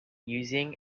using